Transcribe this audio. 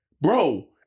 bro